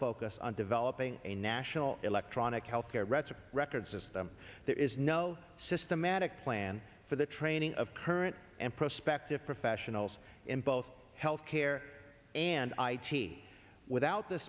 focus on developing a national electronic health care recipe records system there is no systematic plan for the training of current and prospective professionals in both health care and i t without the